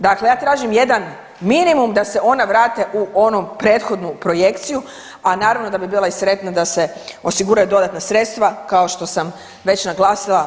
Dakle, ja tražim jedan minimum da se ona vrate u onu prethodnu projekciju, a naravno da bi bila i sretna da se osiguraju dodatna sredstva kao što sam već naglasila.